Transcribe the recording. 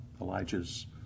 Elijah's